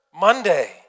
Monday